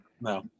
No